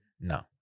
No